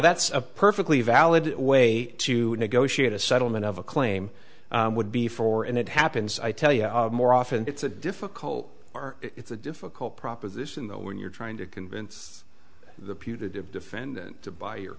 that's a perfectly valid way to negotiate a settlement of a claim would be for and it happens i tell you more often it's a difficult it's a difficult proposition though when you're trying to convince the putative defendant to buy your